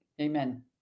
Amen